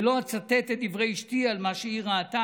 ולא אצטט את דברי אשתי על מה שהיא ראתה,